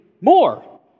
more